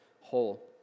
whole